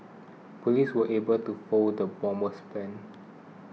police were able to foil the bomber's plans